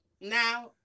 now